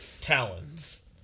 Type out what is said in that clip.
Talons